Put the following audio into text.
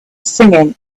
singing